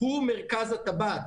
הוא מרכז הטבעת.